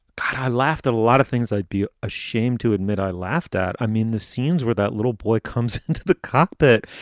i laughed a lot of things i'd be ashamed to admit i laughed at. i mean, the scenes where that little boy comes into the cockpit.